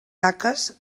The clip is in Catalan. taques